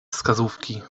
wskazówki